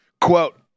Quote